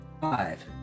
Five